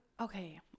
Okay